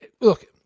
look